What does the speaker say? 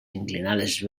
inclinades